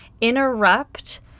interrupt